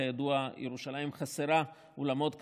כידוע, ירושלים חסרה אולמות כנסים,